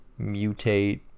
mutate